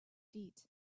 feet